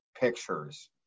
pictures